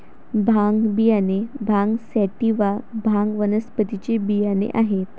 भांग बियाणे भांग सॅटिवा, भांग वनस्पतीचे बियाणे आहेत